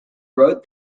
wrote